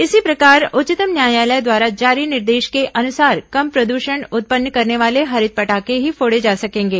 इसी प्रकार उच्चतम न्यायालय द्वारा जारी निर्देश के अनुसार कम प्रदूषण उत्पन्न करने वाले हरित पटाखे ही फोड़े जा सकेंगे